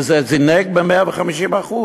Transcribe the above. וזה זינק ב-150%.